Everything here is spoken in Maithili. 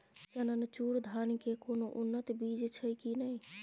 चननचूर धान के कोनो उन्नत बीज छै कि नय?